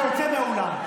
אתה יוצא מהאולם.